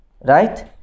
Right